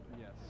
Yes